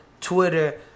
Twitter